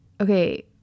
okay